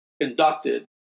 conducted